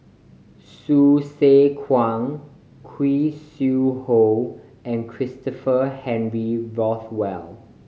Hsu Tse Kwang Khoo Sui Hoe and Christopher Henry Rothwell